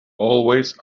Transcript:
always